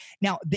Now